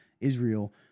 Israel